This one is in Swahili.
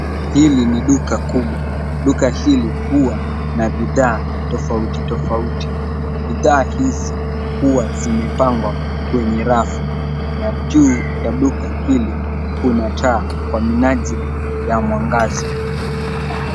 Hili ni duka kubwa. Duka hili huwa na bidhaa tofauti tofauti. Bidhaa hizi huwa zimepangwa kwenye rafu na juu ya duka hili kuna taa kwa minajili ya mwangaza.